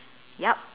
yup